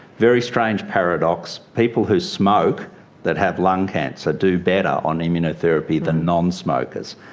very strange paradox people who smoke that have lung cancer do better on immunotherapy than non-smokers.